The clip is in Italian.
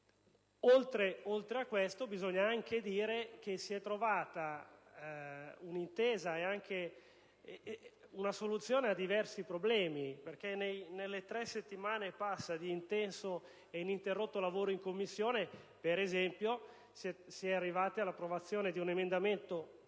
Oltre a questo, bisogna anche dire che si è trovata un'intesa ed una soluzione a diversi problemi. Nelle tre settimane e oltre di intenso e ininterrotto lavoro in Commissione, per esempio, si è arrivati all'approvazione di un emendamento identico,